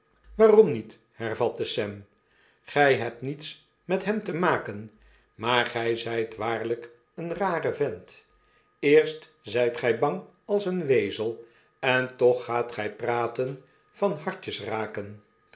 waarom niet hervatte sam gyhebtniets met hem te maken maar gy zyt waarlijk een rare vent eerst zijt gy bang als een wezel en toch gaat gy praten van hartjes raken